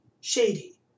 shady